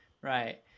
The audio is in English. Right